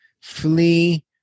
flee